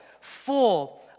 full